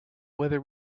whether